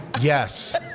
Yes